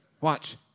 Watch